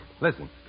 Listen